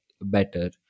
better